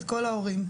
את כל ההורים לישיבה.